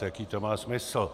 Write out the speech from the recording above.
Jaký to má smysl?